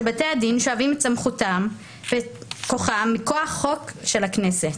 שבתי הדין שואבים את סמכותם ואת כוחם מכוח חוק של הכנסת.